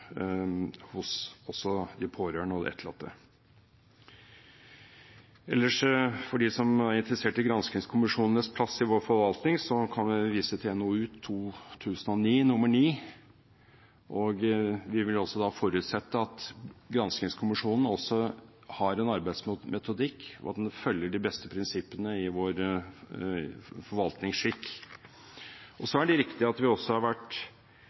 også hos de pårørende og de etterlatte. Ellers, for dem som er interessert i granskingskommisjonenes plass i vår forvaltning, kan jeg vise til NOU: 2009 nr. 9. Vi vil også forutsette at granskingskommisjonen har en arbeidsmetodikk, og at den følger de beste prinsippene i vår forvaltningsskikk. Så er det riktig at vi også har vært